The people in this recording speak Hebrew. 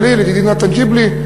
ידידי נתן ג'יבלי,